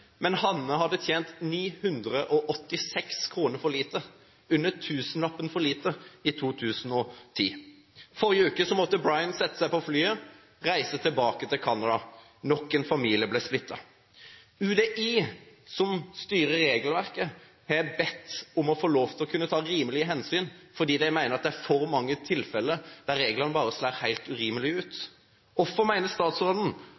Men Hanne hadde tjent 986 kr – under tusenlappen – for lite i 2010. I forrige uke måtte Brian sette seg på flyet og reise tilbake til Canada. Nok en familie ble splittet. UDI, som styrer regelverket, har bedt om å få lov til å kunne ta rimelige hensyn fordi de mener at det er for mange tifeller der reglene bare slår helt urimelig ut. Hvorfor mener statsråden